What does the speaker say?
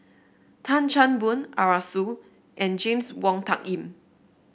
Tan Chan Boon Arasu and James Wong Tuck Yim